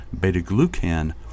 Beta-glucan